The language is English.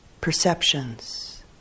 perceptions